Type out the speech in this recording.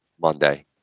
Monday